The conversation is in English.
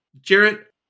Jarrett